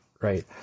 Right